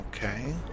Okay